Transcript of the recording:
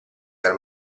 dal